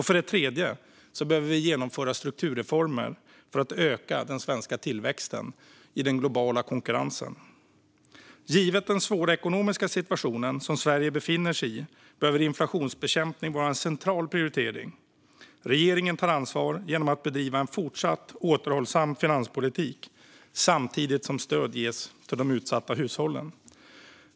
För det tredje behöver vi genomföra strukturreformer för att öka den svenska tillväxten i den globala konkurrensen. Givet den svåra ekonomiska situation som Sverige befinner sig i behöver inflationsbekämpning vara en central prioritering. Regeringen tar ansvar genom att bedriva en fortsatt återhållsam finanspolitik samtidigt som stöd ges till de utsatta hushållen.